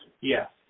Yes